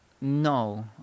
No